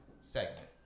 segment